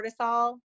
cortisol